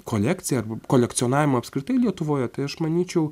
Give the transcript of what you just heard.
kolekciją arba kolekcionavimą apskritai lietuvoje tai aš manyčiau